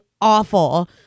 awful